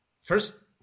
first